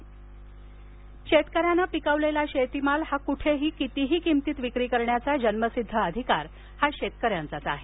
भामरे शेतकर्याने पिकवलेला शेतमाल हा कुठेही कितीही किंमतीत विक्री करण्याचा जन्मसिध्द अधिकार हा शेतकर्या चा आहे